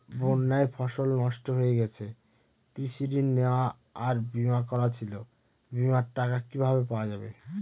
বন্যায় ফসল নষ্ট হয়ে গেছে কৃষি ঋণ নেওয়া আর বিমা করা ছিল বিমার টাকা কিভাবে পাওয়া যাবে?